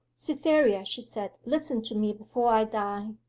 cytherea, she said, listen to me before i die.